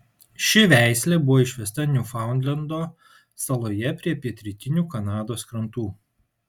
ši veislė buvo išvesta niufaundlendo saloje prie pietrytinių kanados krantų